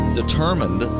determined